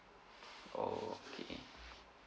orh okay